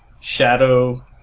shadow